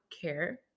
care